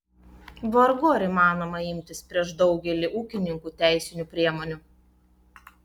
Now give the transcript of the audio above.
vargu ar įmanoma imtis prieš daugelį ūkininkų teisinių priemonių